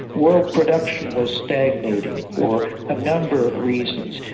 world production was stagnating for a number of reasons,